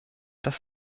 das